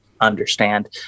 understand